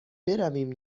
برویم